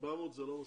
זה לא מספיק,